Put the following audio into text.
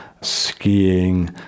skiing